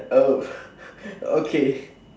oh okay